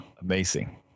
Amazing